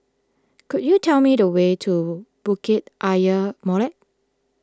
could you tell me the way to Bukit Ayer Molek